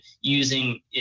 using